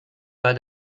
pas